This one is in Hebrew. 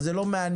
זה לא מעניין,